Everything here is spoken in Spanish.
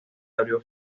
abrió